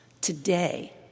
today